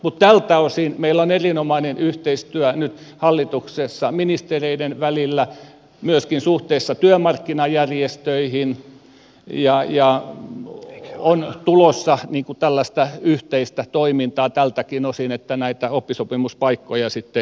mutta tältä osin meillä on erinomainen yhteistyö nyt hallituksessa ministereiden välillä myöskin suhteessa työmarkkinajärjestöihin ja on tulossa tällaista yhteistä toimintaa tältäkin osin että näitä oppisopimuspaikkoja sitten myöskin saadaan